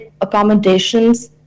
accommodations